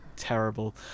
terrible